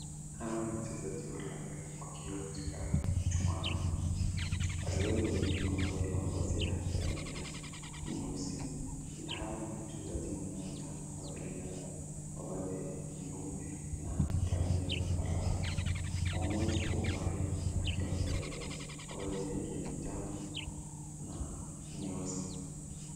Hawa ni wachezaji wa raga wakiwa katika mchuano. Wachezaji wawili wamevalia mavazi ya rangi ya nyeusi ilhali mchezaji mmoja amevalia mavazi nyeupe na rangi ya zambarau. Mwamuzi kwa umbali anaonekana akiwa amevalia mavazi ya rangi ya manjano na nyeusi.